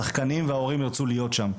השחקנים וההורים ירצו להיות שם.